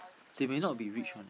they may not be rich